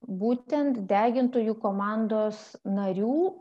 būtent degintojų komandos narių